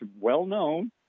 well-known